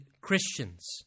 Christians